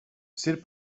sir